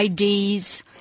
IDs